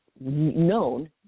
known